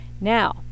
Now